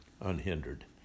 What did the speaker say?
unhindered